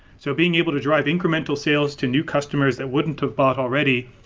so being able to drive incremental sales to new customers that wouldn't have bought already,